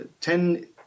ten